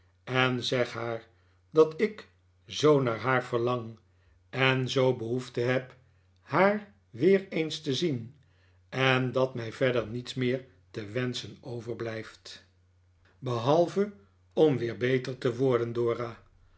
en zeg haar dat ik zoo naar haar verlang en zoo'n behoefte heb haar weer eens te zien en dat mij verder niets meer te wenschen overblijft behalve om weer beter te worden dora